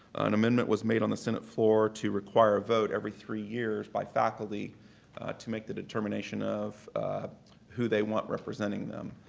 an amendment was made on the senate floor to require a vote every three years by faculty to make the determination of who they want representing them.